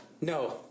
no